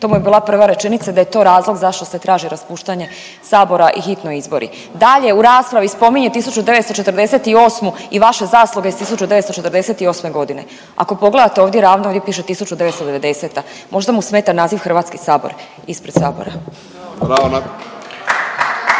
to mu je bila prva rečenica, da je to razlog zašto se traži raspuštanje sabora i hitno izbori. Dalje u raspravi spominje 1948. i vaše zasluge iz 1948.g., ako pogledate ovdje ravno ovdje piše 1990., možda mu smeta naziv HS ispred sabora.